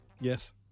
Yes